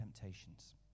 temptations